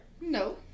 No